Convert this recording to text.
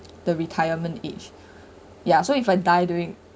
the retirement age ya so if I die during